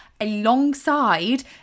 alongside